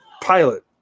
Pilot